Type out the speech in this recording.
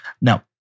Now